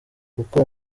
kuko